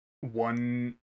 one